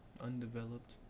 Undeveloped